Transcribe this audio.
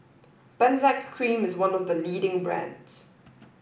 Benzac Cream is one of the leading brands